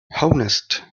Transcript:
honest